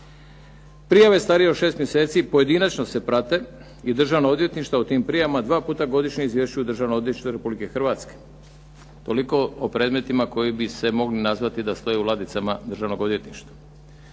Prijave starije od 6 mjeseci pojedinačno se prate i državna odvjetništva u tim prijavama 2 puta godišnje izvještavaju državna odvjetništva Republike Hrvatske. Toliko o predmetima koji bi se mogli nazvati da stoje u ladicama Državnog odvjetništva.